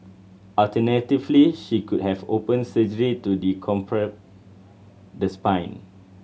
alternatively she could have open surgery to the spine